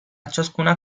ciascuna